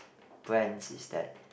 when is that